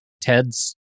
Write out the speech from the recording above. Ted's